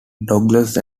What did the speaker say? douglas